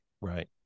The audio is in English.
Right